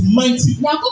mighty